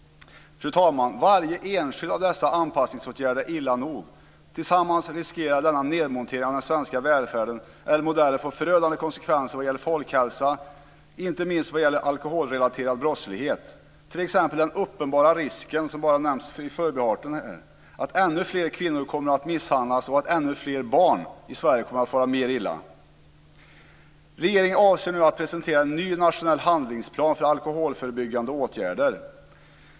Fru talman! Var och en av dessa anpassningsåtgärder är illa nog. Tillsammans riskerar denna nedmontering av den svenska modellen att få förödande konsekvenser vad gäller folkhälsan och inte minst vad gäller alkoholrelaterad brottslighet. Det gäller t.ex. den uppenbara risken, som bara nämns i förbifarten, att ännu fler kvinnor kommer att misshandlas och ännu fler barn i Sverige kommer att fara mer illa. Regeringen avser nu att presentera en ny nationell handlingsplan för alkoholförebyggande åtgärder.